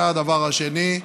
והדבר השני,